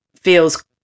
feels